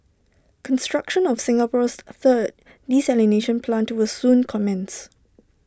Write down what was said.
construction of Singapore's third desalination plant will soon commence